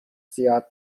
زیاد